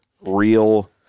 real